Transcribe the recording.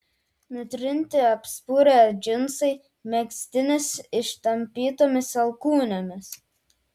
nutrinti apspurę džinsai megztinis ištampytomis alkūnėmis